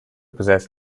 possess